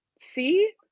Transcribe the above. see